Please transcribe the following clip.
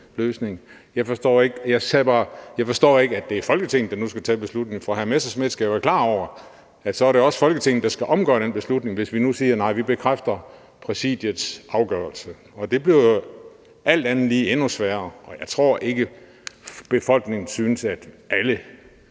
bare: Jeg forstår ikke, at det er Folketinget, der nu skal tage beslutningen, for hr. Morten Messerschmidt skal jo være klar over, at så er det også Folketinget, der skal omgøre den beslutning, hvis vi nu siger: Nej, vi bekræfter Præsidiets afgørelse. Og det bliver jo alt andet lige endnu sværere. Og jeg tror ikke, befolkningen synes, at alle